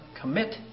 commit